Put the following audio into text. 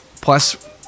Plus